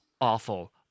awful